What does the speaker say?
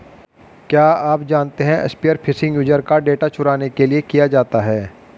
क्या आप जानते है स्पीयर फिशिंग यूजर का डेटा चुराने के लिए किया जाता है?